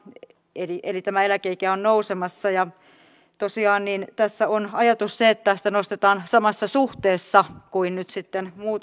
tämä eläkeikä on nousemassa tosiaan tässä on se ajatus että sitä nostetaan samassa suhteessa kuin nyt sitten